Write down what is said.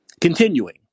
Continuing